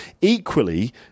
Equally